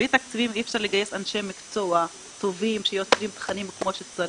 בלי תקציבים אי אפשר לגייס אנשי מקצוע טובים שיוצרים תכנים כמו שצריך.